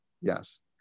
yes